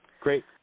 Great